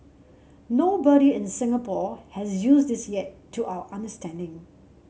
nobody in Singapore has used this yet to our understanding